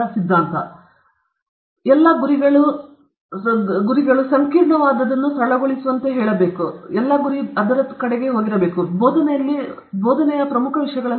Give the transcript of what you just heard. ಆದ್ದರಿಂದ ಎಲ್ಲ ಗುರಿಗಳ ಸಂಕೀರ್ಣವು ಸರಳಗೊಳಿಸುವಂತೆ ಹೇಳುತ್ತದೆ ಇದು ಬೋಧನೆಯಲ್ಲಿ ಪ್ರಮುಖ ವಿಷಯಗಳಲ್ಲಿ ಒಂದಾಗಿದೆ